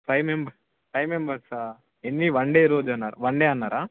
five మెం five మెంబర్సా ఎన్ని వన్ డే రోజేన వన్ డే అన్నారా